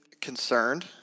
concerned